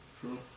true